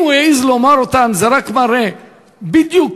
אם הוא העז לומר אותם, זה רק מראה בדיוק